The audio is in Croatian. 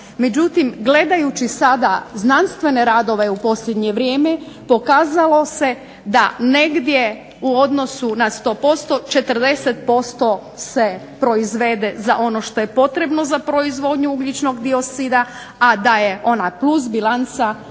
Međutim, gledajući znanstvene radove u posljednje vrijeme pokazalo se da negdje u odnosu na 100%, 40% se proizvede za ono što je potrebno za proizvodnju ugljičnog-dioksida a da je ona ... bilanca negdje